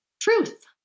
truth